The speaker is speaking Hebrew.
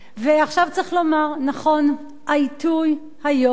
ועכשיו צריך לומר: נכון, העיתוי היום,